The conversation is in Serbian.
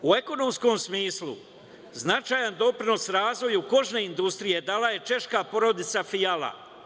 U ekonomskom smislu značajan doprinos razvoju kožne industrije dala je češka porodica Fijala.